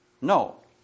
No